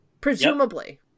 Presumably